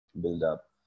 buildup